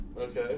Okay